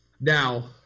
Now